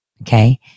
Okay